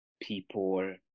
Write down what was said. People